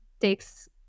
takes